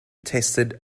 tested